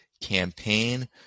campaign